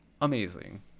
amazing